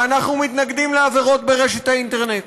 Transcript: ואנחנו מתנגדים לעבירות באינטרנט,